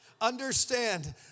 understand